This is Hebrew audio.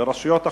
ורשויות החוק,